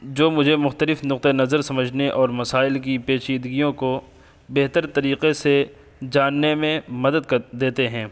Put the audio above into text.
جو مجھے مختلف نقطۂ نظر سمجھنے اور مسائل کی پیچیدگیوں کو بہتر طریقے سے جاننے میں مدد کر دیتے ہیں